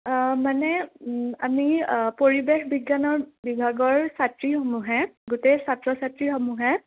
মানে আমি পৰিৱেশ বিজ্ঞানৰ বিভাগৰ ছাত্ৰীসমূহে গোটেই ছাত্ৰ ছাত্ৰীসমূহে